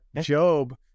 Job